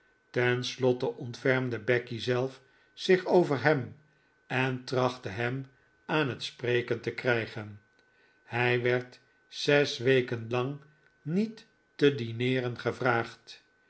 slotte ontfermde becky zelf zich over hem en trachtte hem aan het spreken te krijgen hij werd zes weken lang niet te dineeren gevraagd